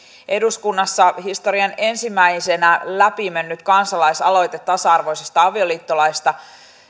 eduskunnassa historian ensimmäisenä läpi mennyt kansalaisaloite tasa arvoisesta avioliittolaista